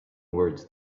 words